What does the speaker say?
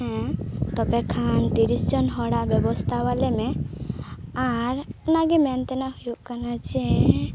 ᱦᱮᱸ ᱛᱚᱵᱮ ᱠᱷᱟᱱ ᱛᱤᱨᱤᱥ ᱡᱚᱱ ᱦᱚᱲᱟᱜ ᱵᱮᱵᱚᱥᱛᱟ ᱟᱞᱮᱢᱮ ᱟᱨ ᱚᱱᱟ ᱜᱮ ᱢᱮᱱᱛᱮᱱᱟᱜ ᱦᱩᱭᱩᱜ ᱠᱟᱱᱟ ᱡᱮ